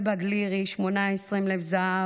אלבג לירי, בת 18, עם לב זהב,